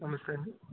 నమస్తే అండి